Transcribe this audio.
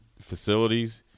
facilities